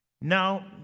Now